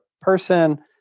person